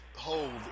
Hold